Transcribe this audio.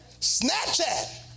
Snapchat